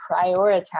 prioritize